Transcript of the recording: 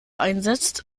einsetzt